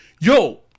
Yo